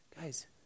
Guys